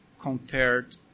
compared